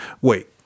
Wait